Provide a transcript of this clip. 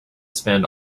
spend